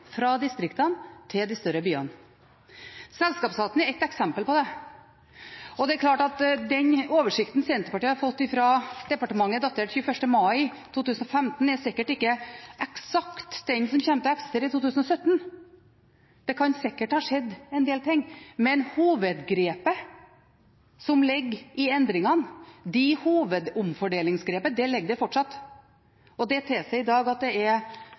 fra distriktene og til de større byene. Selskapsskatten er ett eksempel på dette, og det er klart at den oversikten Senterpartiet har fått fra departementet, datert 21. mai 2015, er sikkert ikke eksakt den som kommer til å eksistere i 2017. Det kan sikkert ha skjedd en del ting, men hovedomfordelingsgrepet som ligger i endringene, ligger der fortsatt, og det tilsier i dag at det